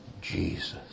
Jesus